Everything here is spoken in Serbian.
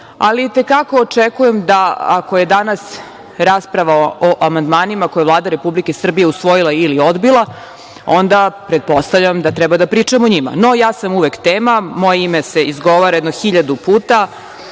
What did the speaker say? i te kako očekujem da, ako je danas rasprava o amandmanima koju je Vlada Republike Srbije usvojila ili odbija, onda pretpostavljam da treba da pričam o njima. No, ja sam uvek tema, moje ime se izgovara 1000 puta,